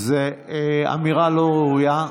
זאת אמירה לא ראויה,